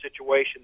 situation